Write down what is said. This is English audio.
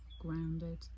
grounded